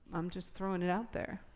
i'm just throwin' it out there.